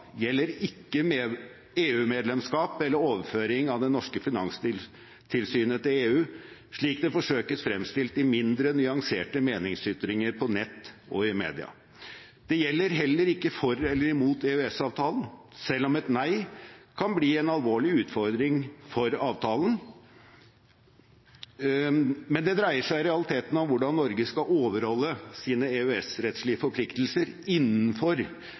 gjelder ikke EU-medlemskap eller overføring av det norske finanstilsynet til EU, slik det forsøkes fremstilt i mindre nyanserte meningsytringer på nett og i media. Det gjelder heller ikke for eller imot EØS-avtalen, selv om et nei kan bli en alvorlig utfordring for avtalen. Det dreier seg i realiteten om hvordan Norge skal overholde sine EØS-rettslige forpliktelser innenfor